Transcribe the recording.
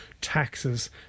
taxes